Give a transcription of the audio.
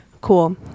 cool